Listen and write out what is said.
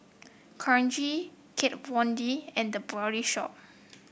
Karcher Kat Von D and The Body Shop